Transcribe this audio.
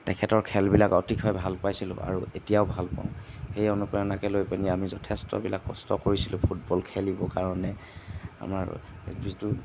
তেখেতৰ খেলবিলাক অতিকৈ ভাল পাইছিলোঁ আৰু এতিয়াও ভালপাওঁ সেই অনুপ্ৰেৰণাকে লৈ পিনি আমি যথেষ্টবিলাক কষ্ট কৰিছিলোঁ ফুটবল খেলিবৰ কাৰণে আমাৰ যিটো